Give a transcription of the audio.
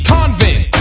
Convent